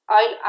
oil